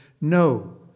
No